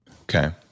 Okay